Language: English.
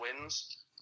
wins